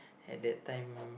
at that time